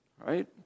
Right